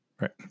Right